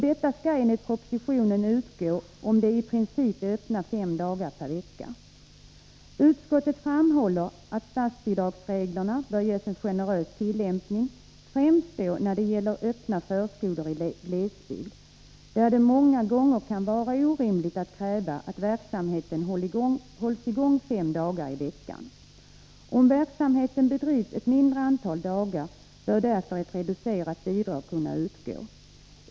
Detta skall enligt propositionen utgå om de i princip är öppna fem dagar per vecka. Utskottet framhåller att statsbidragsreglerna bör ges en generös tillämpning, främst när det gäller öppna förskolor i glesbyd, där det många gånger kan vara orimligt att kräva att verksamheten hålls i gång fem dagar i veckan. Om verksamheten bedrivs ett mindre antal dagar bör ett reducerat bidrag därför kunna utgå.